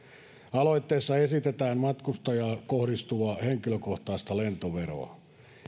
aloitteessa esitetään matkustajaan kohdistuvaa henkilökohtaista lentoveroa